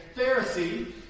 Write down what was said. Pharisee